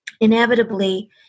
inevitably